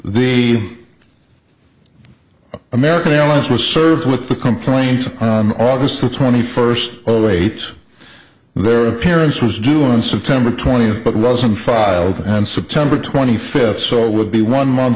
the american airlines was served with the complaint on august twenty first oh wait their appearance was due in september twentieth but wasn't filed on september twenty fifth so it would be one month